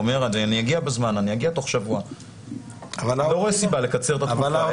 אני לא רואה סיבה לקצר את התקופה.